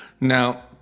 Now